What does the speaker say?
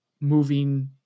moving